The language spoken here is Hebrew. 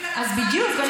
בדיוק.